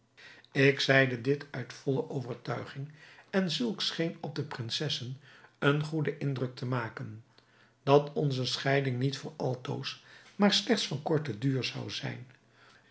ik zeide dit uit volle overtuiging en zulks scheen op de prinsessen een goeden indruk te maken dat onze scheiding niet voor altoos maar slechts van korten duur zou zijn